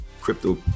crypto